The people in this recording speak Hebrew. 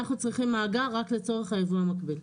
אנחנו צריכים מאגר רק לצורך הייבוא המקביל.